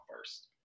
first